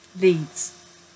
leads